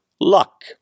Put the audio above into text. luck